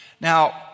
Now